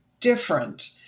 different